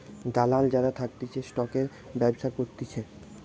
দালাল যারা থাকতিছে স্টকের ব্যবসা করতিছে